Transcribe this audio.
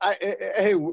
hey